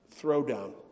throwdown